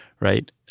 right